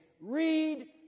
Read